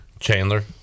chandler